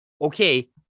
okay